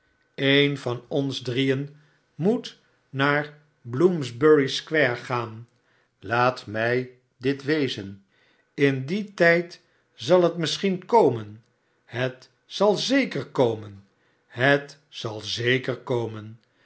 een van ons drieen moet naar bloomsbury square gaan laat mij dti wezen in dien tijd zal het misschien komen het zal zeker komen het zal zeker komen